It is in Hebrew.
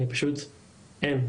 אין,